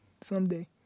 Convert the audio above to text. someday